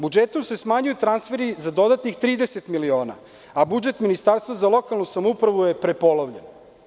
Budžetom se smanjuju transferi za dodatnih 30 miliona, a budžet Ministarstva za lokalnu samoupravu je prepolovljen.